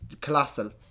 colossal